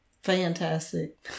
Fantastic